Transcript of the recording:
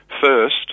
First